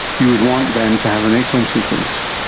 you would want them to have an exome sequence.